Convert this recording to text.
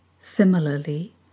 Similarly